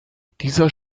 dieser